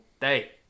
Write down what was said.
day